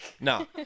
no